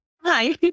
Hi